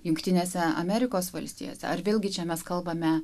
jungtinėse amerikos valstijose ar vėlgi čia mes kalbame